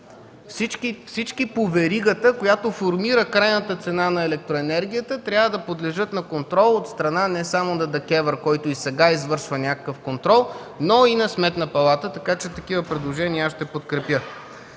Всички по веригата, която формира крайната цена на електроенергията трябва да подлежат на контрол от страна не само на ДКЕВР, който и сега извършва някакъв контрол, но и на Сметната палата. Ще подкрепя такива предложения. Господин